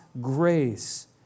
grace